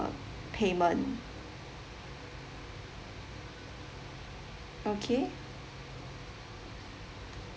the payment okay